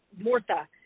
morta